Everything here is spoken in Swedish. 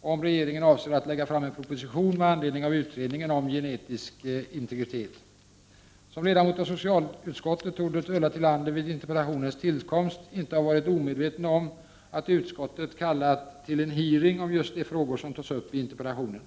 och om regeringen avser att lägga fram en proposition med anledning av utredningen om genetisk integritet. Som ledamot av socialutskottet torde Ulla Tillander vid interpellationens tillkomst inte ha varit omedveten om att utskottet kallat till en hearing om just de frågor som tas upp i interpellationen.